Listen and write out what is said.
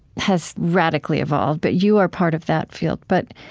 has radically evolved but you are part of that field. but